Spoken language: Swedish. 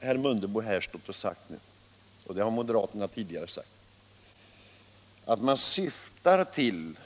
Herr Mundebo har stått här och sagt nu — moderaterna har sagt det tidigare — att man syftar till